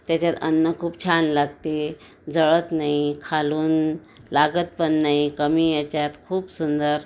त्याच्यात अन्न खूप छान लागते जळत नाही खालून लागत पण नाही कमी ह्याच्यात खूप सुंदर